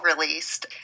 released